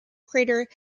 crater